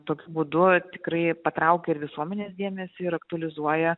tokiu būdu tikrai patraukia ir visuomenės dėmesį ir aktualizuoja